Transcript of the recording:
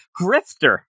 Grifter